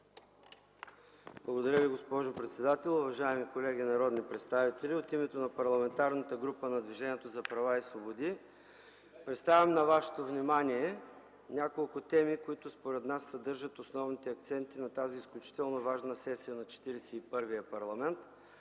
Благодаря Ви, госпожо председател. Уважаеми колеги народни представители, от името на Парламентарната група на Движението за права и свободи представям на Вашето внимание няколко теми, които според нас съдържат основните акценти на тази изключително важна сесия на Четиридесет